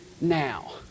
now